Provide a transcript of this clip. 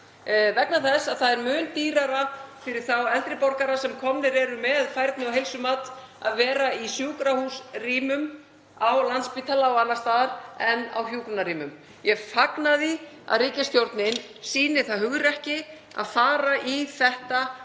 vegna þess að það er mun dýrara fyrir þá eldri borgara sem komnir eru með færni- og heilsumat að vera í sjúkrahúsrýmum á Landspítala og annars staðar en í hjúkrunarrýmum. Ég fagna því að ríkisstjórnin sýni það hugrekki að fara í þetta, að